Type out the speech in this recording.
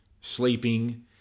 sleeping